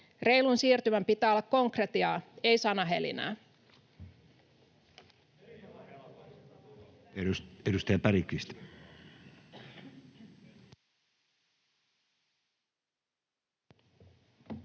Reilun siirtymän pitää olla konkretiaa, ei sanahelinää.